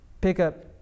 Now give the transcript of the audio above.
pickup